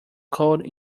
cold